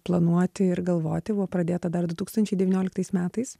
planuoti ir galvoti buvo pradėta dar du tūkstančiai devynioliktais metais